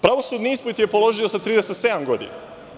Pravosudni ispit je položio sa 37 godina.